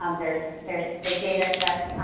um there's there's big data sets,